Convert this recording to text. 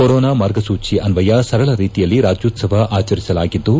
corona ಮಾರ್ಗಸೂಚಿ ಅನ್ವಯ ಸರಳ ರೀತಿಯಲ್ಲಿ ರಾಜ್ಯೋತ್ಸವ ಆಚರಿಸಲಾಗಿದ್ದು